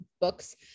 books